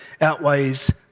outweighs